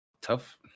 tough